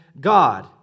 God